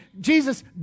Jesus